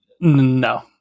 No